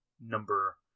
number